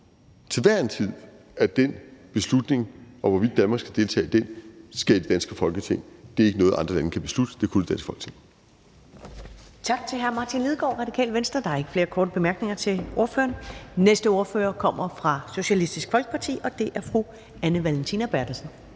holdning, at beslutningen om, hvorvidt Danmark skal deltage i indsatsen, træffes i det danske Folketing. Det er ikke noget, andre lande kan beslutte. Det kan kun det danske Folketing. Kl. 12:15 Første næstformand (Karen Ellemann): Tak til hr. Martin Lidegaard, Radikale Venstre. Der er ikke flere korte bemærkninger til ordføreren. Den næste ordfører kommer fra Socialistisk Folkeparti, og det er fru Anne Valentina Berthelsen.